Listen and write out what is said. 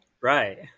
Right